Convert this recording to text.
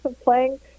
playing